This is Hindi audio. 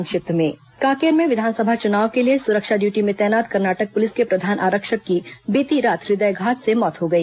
संक्षिप्त समाचार कांकेर में विधानसभा चुनाव के लिए सुरक्षा ङ्यूटी में तैनात कर्नाटक पुलिस के प्रधान आरक्षक की बीती रात हृदयघात से मौत हो गई